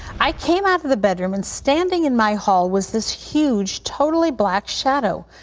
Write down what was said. i came out of the bedroom, and standing in my hall was this huge totally black shadow.